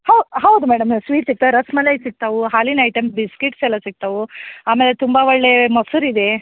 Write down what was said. how ಹೌದು madam sweet ಸಿಕ್ತವೆ ರಸ್ಮಲಾಯ್ ಸಿಕ್ತಾವೆ ಹಾಲಿನ ಐಟಮ್ ಬಿಸ್ಕಿಟ್ಸ್ ಎಲ್ಲ ಸಿಕ್ತಾವೆ ಆಮೇಲೆ ತುಂಬ ಒಳ್ಳೆಯ ಮೊಸರಿದೆ